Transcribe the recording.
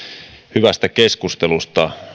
hyvästä keskustelusta